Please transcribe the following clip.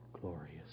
glorious